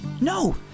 No